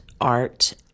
art